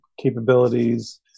capabilities